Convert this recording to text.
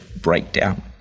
breakdown